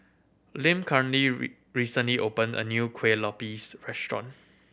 Lim recently opened a new Kuih Lopes restaurant